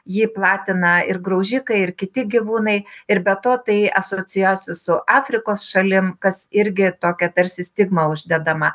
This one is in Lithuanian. jį platina ir graužikai ir kiti gyvūnai ir be to tai asocijuojasi su afrikos šalim kas irgi tokia tarsi stigma uždedama